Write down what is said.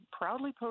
proudly